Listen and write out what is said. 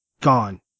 Gone